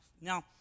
Now